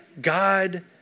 God